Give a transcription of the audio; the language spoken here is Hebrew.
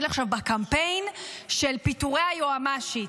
עכשיו בקמפיין של פיטורי היועמ"שית.